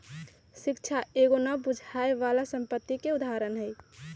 शिक्षा एगो न बुझाय बला संपत्ति के उदाहरण हई